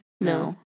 No